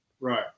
right